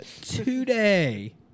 today